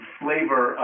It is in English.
flavor